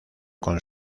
con